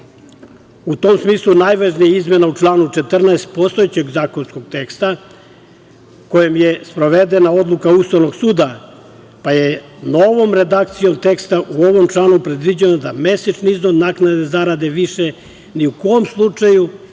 tom smislu najvažnija je izmena u članu 14. postojećeg zakonskog teksta kojem je sprovedena odluka Ustavnog suda, pa je novo redakcijom teksta u ovom članu predviđeno da mesečni iznos naknade zarade više ni u kom slučaju,